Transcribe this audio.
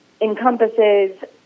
encompasses